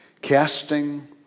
Casting